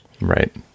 Right